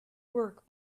work